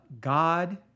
God